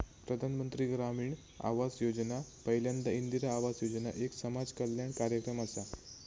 प्रधानमंत्री ग्रामीण आवास योजना पयल्यांदा इंदिरा आवास योजना एक समाज कल्याण कार्यक्रम असा